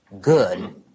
good